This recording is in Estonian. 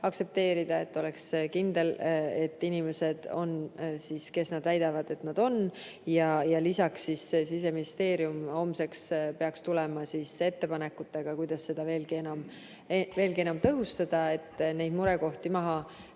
passe, et oleks kindel, et inimesed on need, kes nad väidavad end olevat. Lisaks peaks Siseministeerium homseks tulema ettepanekutega, kuidas seda veelgi enam tõhustada, et neid murekohti maha